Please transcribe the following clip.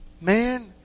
Man